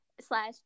slash